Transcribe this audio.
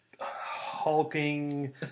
hulking